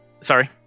Sorry